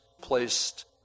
placed